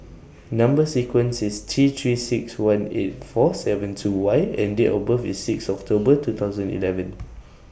Number sequence IS T three six one eight four seven two Y and Date of birth IS six October two thousand eleven